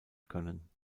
können